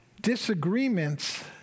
disagreements